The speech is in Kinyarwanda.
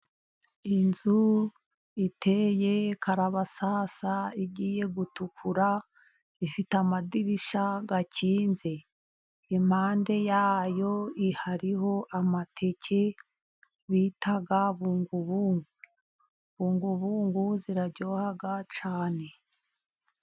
Inzu iteye karabasasa igiye gutukura. Ifite amadirishya akinze. Impande yayo hariho amateke bitaga bungubungu. Bungubungu araryoha cyane.